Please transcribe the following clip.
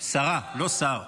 שרה, לא שר.